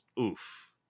oof